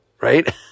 right